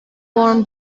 born